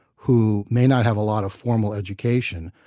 who may not have a lot of formal education,